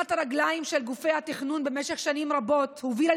גרירת הרגליים של גופי התכנון במשך שנים רבות הובילה